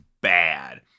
bad